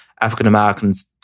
African-Americans